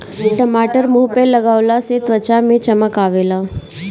टमाटर मुंह पअ लगवला से त्वचा में चमक आवेला